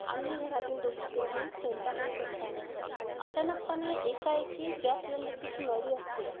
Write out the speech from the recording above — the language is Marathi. आम्ही घरातील दोघी तिघी स्वयंपाकघरात असतांना अचानकपणे एकाएकी गॅस सिलिंडरची जी नळी असते